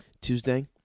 Tuesday